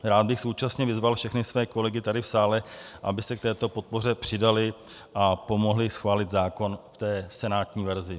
Rád bych současně vyzval všechny své kolegy tady v sále, aby se k této podpoře přidali a pomohli schválit zákon v senátní verzi.